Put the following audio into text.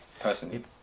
personally